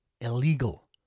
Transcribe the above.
illegal